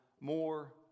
more